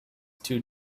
two